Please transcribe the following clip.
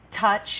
touch